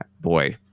boy